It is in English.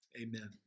Amen